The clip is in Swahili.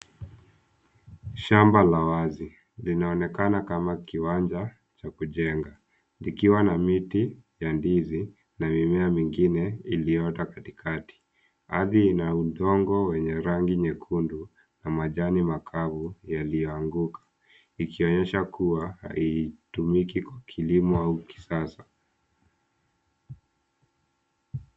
Shamba la wazi. Linaonekana kama kiwanja cha kujenga likiwa na miti ya ndizi na mimea mingine iliyoota katikakati. Ardhi ina udongo wa rangi nyekundu na majani makavu yaiyoanguka ikionyesha kuwa haitumiki kwa kilimo au kisasa.